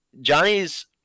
Johnny's